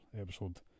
episode